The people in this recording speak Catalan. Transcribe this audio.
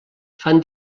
fan